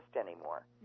anymore